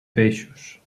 peixos